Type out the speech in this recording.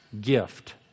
gift